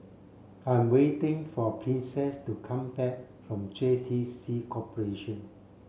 I'm waiting for Princess to come back from J T C Corporation